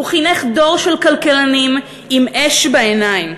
הוא חינך דור של כלכלנים עם אש בעיניים.